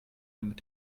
damit